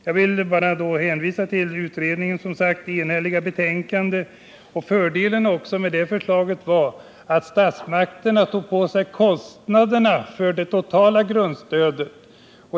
Jag hänvisar alltså till utredningens enhälliga betänkande. En fördel med utredningens förslag var också att staten tog på sig kostnaderna för det totala grundstödet.